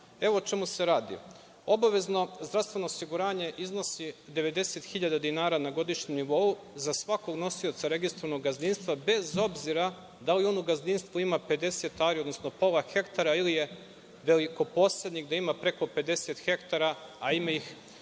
o čemu se radi. Obavezno zdravstveno osiguranje iznosi 90.000 dinara na godišnjem nivou za svakog nosioca registrovanog gazdinstva, bez obzira da li ono gazdinstvo ima 50 ari, odnosno pola hektara ili je velikoposednik, da ima preko 50 hektara, a ima ih